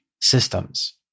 systems